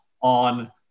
on